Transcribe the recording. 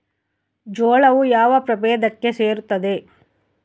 ಜೋಳವು ಯಾವ ಪ್ರಭೇದಕ್ಕೆ ಸೇರುತ್ತದೆ?